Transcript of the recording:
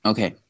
Okay